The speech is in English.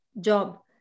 job